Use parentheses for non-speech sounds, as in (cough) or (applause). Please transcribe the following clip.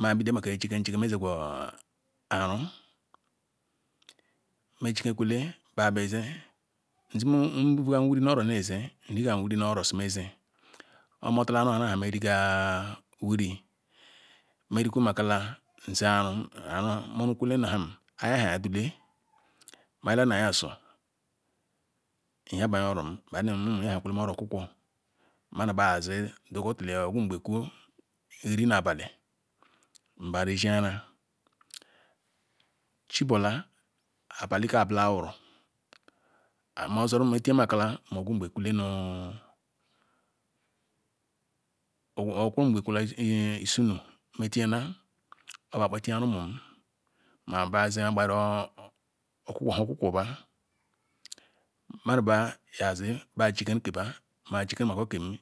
ma bidonjikenjul ezigwu ara nrijikwkwele ba bazi vugam wiri nu oro nezr nrigam wiwi nu oro zumze module ny aru ha mzrigawuri, mr rikwo makala hzi aru morukwzlnim nu lam aya madak mayala nu oyasu nau banaye oro buru yam rumum yakwelem orokukwo nam zi ometula ofunga kwu rie ny abeh nbazik ayara chibola mu abah ke cbilara (hesitation) ngbe kule nu isinu nmakpefiya rumum maba zi ogbara nha okwukwoba, nenu be nye zi ba fika kzba neya fiki kam.